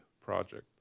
project